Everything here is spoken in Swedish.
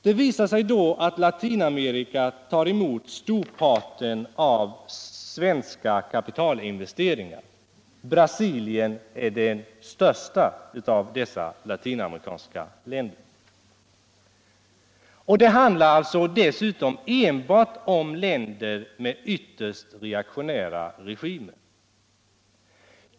Det visar sig då att Latinamerika tar emot storparten av svenska kapitalinvesteringar. Brasilien är det största av dessa länder. Det handlar dessutom enbart om länder med ytterst reaktionära regimer.